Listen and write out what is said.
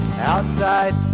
outside